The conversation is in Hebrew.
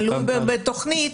תלוי בתכנית.